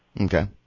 Okay